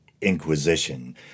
Inquisition